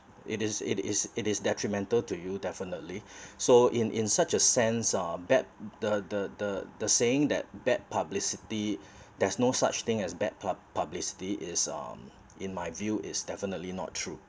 it is it is it is detrimental to you definitely so in in such a sense are bad the the the the saying that bad publicity there's no such thing as bad pub~ publicity is um in my view is definitely not true